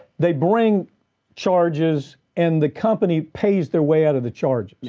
they bring charges and the company pays their way out of the charges. yeah